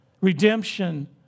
redemption